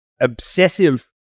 obsessive